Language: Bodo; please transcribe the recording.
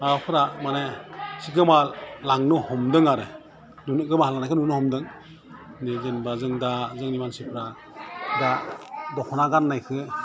माबाफ्रा माने एसे गोमालांनो हमदों आरो नोंनि गोमालांनायखौ नुनो हमदों दे जेनेबा जों दा जोंनि मानसिफ्रा दा दख'ना गान्नायखो